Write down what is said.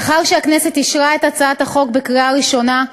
לאחר שהכנסת אישרה את הצעת החוק בקריאה ראשונה,